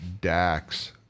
Dax